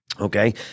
Okay